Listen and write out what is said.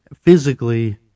physically